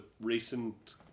recent